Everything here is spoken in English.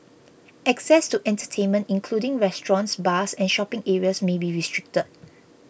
access to entertainment including restaurants bars and shopping areas may be restricted